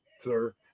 sir